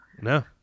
No